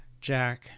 jack